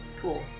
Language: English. cool